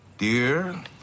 Dear